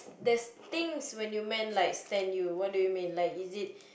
there's things where you meant like stand you